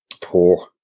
poor